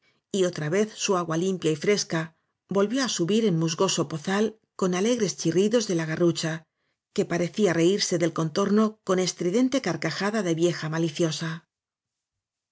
y otra vez su agua limpia y fresca volvió á subir en musgoso pozal con alegres chirridos de la garrucha que parecía reírse del contorno con estridente carcajada de vieja maliciosa